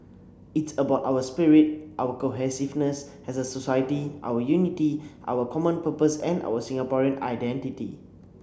it's about our spirit our cohesiveness as a society our unity our common purpose and our Singaporean identity